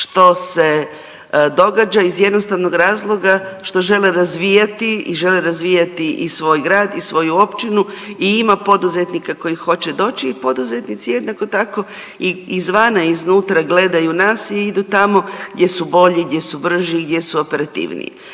što se događa iz jednostavnog razloga što žele razvijati i žele razvijati i svoj grad i svoju općinu i ima poduzetnika koji hoće doći i poduzetnici jednako tako i izvana i iznutra gledaju nas i idu tamo gdje su bolji, gdje su brži, gdje su operativniji.